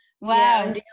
Wow